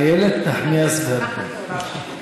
איילת נחמיאס ורבין,